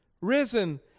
risen